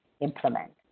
implement